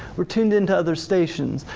we're tuned into other stations.